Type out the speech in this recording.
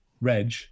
Reg